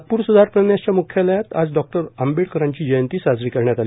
नागपूर सुधार प्रन्यासच्या म्ख्यालयात आज डॉ आंबेडकरांची जयंती साजरी करण्यात आली